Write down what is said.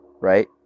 right